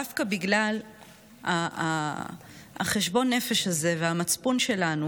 דווקא בגלל חשבון הנפש הזה והמצפון שלנו